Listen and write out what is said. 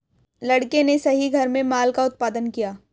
लड़के ने सही घर में माल का उत्पादन किया